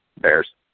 Bears